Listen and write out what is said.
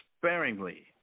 sparingly